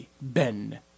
Ben